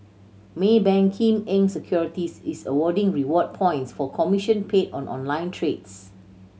Maybank Kim Eng Securities is awarding reward points for commission paid on online trades